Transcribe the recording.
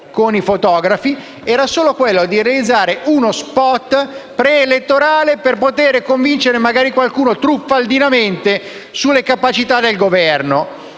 era solo realizzare uno *spot* preelettorale per potere convincere magari qualcuno, truffaldinamente, sulle capacità del Governo.